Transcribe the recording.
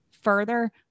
further